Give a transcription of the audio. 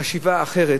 חשיבה אחרת.